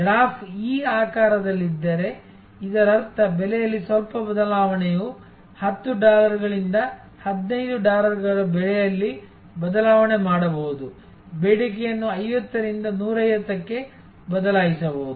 graph ಈ ಆಕಾರದಲ್ಲಿದ್ದರೆ ಇದರರ್ಥ ಬೆಲೆಯಲ್ಲಿ ಸ್ವಲ್ಪ ಬದಲಾವಣೆಯು 10 ಡಾಲರ್ಗಳಿಂದ 15 ಡಾಲರ್ಗಳ ಬೆಲೆಯಲ್ಲಿ ಬದಲಾವಣೆ ಮಾಡಬಹುದು ಬೇಡಿಕೆಯನ್ನು 50 ರಿಂದ 150 ಕ್ಕೆ ಬದಲಾಯಿಸಬಹುದು